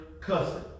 cussing